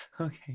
okay